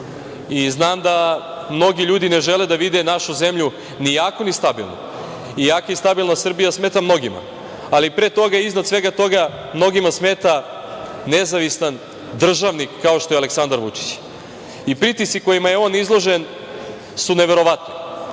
i znam da mnogi ljudi ne žele da vide našu zemlju ni jaku ni stabilnu. Jaka i stabilna Srbija smeta mnogima, ali pre toga i iznad svega toga, mnogima smeta nezavistan državnik kao što je Aleksandar Vučić. Pritisci kojima je on izložen su neverovatni.